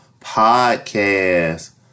podcast